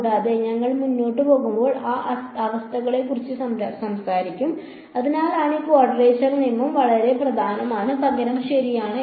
കൂടാതെ ഞങ്ങൾ മുന്നോട്ട് പോകുമ്പോൾ ആ അവസ്ഥകളെക്കുറിച്ച് സംസാരിക്കും അതിനാലാണ് ഈ ക്വാഡ്രേച്ചർ നിയമം വളരെ പ്രധാനമാണ് പകരം ശരിയാണ്